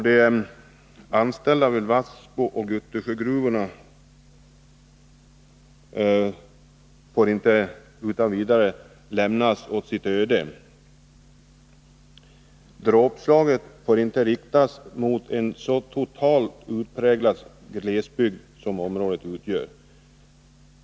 De anställda vid Vassbooch Guttusjögruvorna får inte utan vidare lämnas åt sitt öde. Ett sådant dråpslag får inte riktas mot en så utpräglad glesbygd som detta område ändå är.